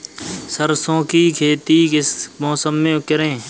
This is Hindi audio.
सरसों की खेती किस मौसम में करें?